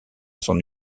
son